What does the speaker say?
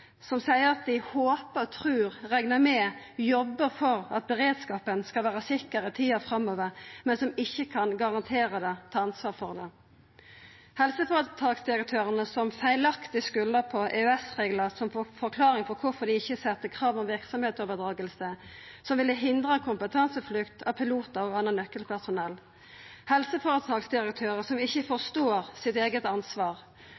som seier at dei håper, trur, reknar med og jobbar for at beredskapen skal vera sikker i tida framover, men som ikkje kan garantera det eller ta ansvar for det – helseføretaksdirektørar som feilaktig skuldar på EØS-reglar som forklaring på kvifor dei ikkje sette krav til verksemdsoverdraging som ville hindra kompetanseflukt av pilotar og anna nøkkelpersonell, helseføretaksdirektørar som ikkje forstår sitt eige ansvar.